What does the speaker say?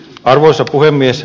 arvoisa puhemies